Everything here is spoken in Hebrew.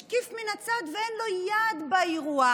משקיף מן הצד ואין לו יד באירוע.